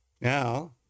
Now